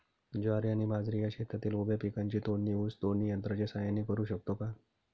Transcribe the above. ज्वारी आणि बाजरी या शेतातील उभ्या पिकांची तोडणी ऊस तोडणी यंत्राच्या सहाय्याने करु शकतो का?